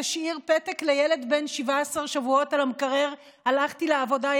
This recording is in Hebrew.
תשאיר פתק לילד בן 17 שבועות על המקרר: הלכתי לעבודה,